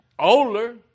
older